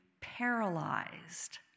paralyzed